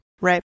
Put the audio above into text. Right